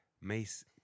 mace